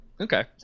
okay